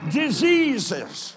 diseases